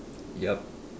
yup